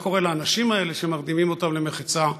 מה קורה לאנשים האלה שמרדימים אותם למחצה,